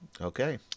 Okay